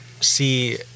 see